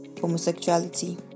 homosexuality